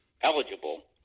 eligible